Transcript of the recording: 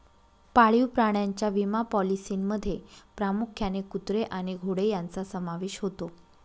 पाळीव प्राण्यांच्या विमा पॉलिसींमध्ये प्रामुख्याने कुत्रे आणि घोडे यांचा समावेश होतो